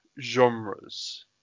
genres